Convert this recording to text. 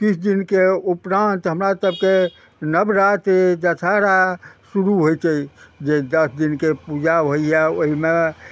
किछु दिनके उपरान्त हमरा सभके नवरात्र दशहरा शुरू होइ छै जे दस दिनके पूजा होइए ओइमे